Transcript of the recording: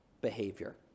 behavior